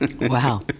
Wow